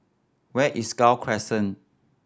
where is Gul Crescent